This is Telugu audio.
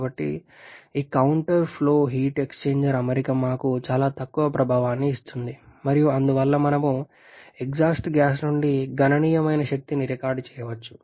కాబట్టి ఈ కౌంటర్ ఫ్లో హీట్ ఎక్స్ఛేంజర్ అమరిక మాకు చాలా ఎక్కువ ప్రభావాన్ని ఇస్తుంది మరియు అందువల్ల మనం ఎగ్జాస్ట్ గ్యాస్ నుండి గణనీయమైన శక్తిని రికార్డ్ చేయవచ్చు